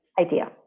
idea